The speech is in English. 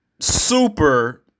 super